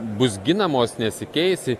bus ginamos nesikeisi